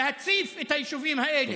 להציף את היישובים האלה.